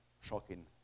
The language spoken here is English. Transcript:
Shocking